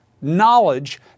knowledge